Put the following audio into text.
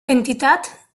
entitat